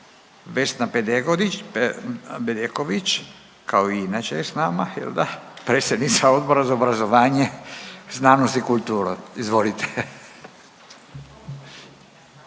Vesna Bedeković kao i inače je s nama jel da, predsjednica Odbora za obrazovanje, znanost i kulturu. Izvolite.